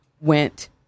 went